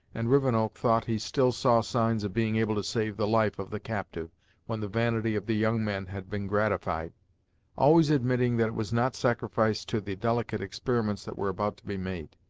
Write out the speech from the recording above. and rivenoak thought he still saw signs of being able to save the life of the captive when the vanity of the young men had been gratified always admitting that it was not sacrificed to the delicate experiments that were about to be made.